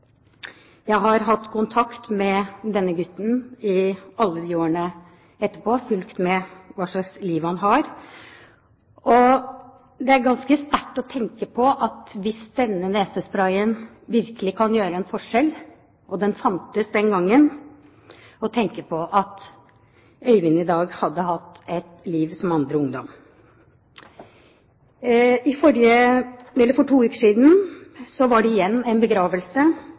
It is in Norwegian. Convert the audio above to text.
Jeg har hatt kontakt med denne gutten i alle årene etterpå og fulgt med på hva slags liv han har. Det er ganske sterkt å tenke på at hvis denne nesesprayen virkelig kan gjøre en forskjell og den hadde funnes den gangen, hadde Øyvind i dag hatt et liv som andre ungdommer. For to uker siden var det igjen en begravelse